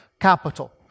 capital